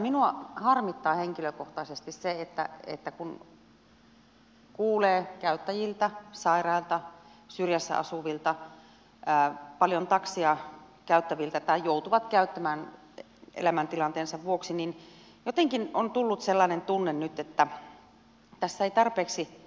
minua harmittaa henkilökohtaisesti se että kun kuulee käyttäjiä sairaita syrjässä asuvia paljon taksia käyttäviä tai niitä jotka joutuvat käyttämään elämäntilanteensa vuoksi niin jotenkin on tullut sellainen tunne nyt että tässä ei ehkä tarpeeksi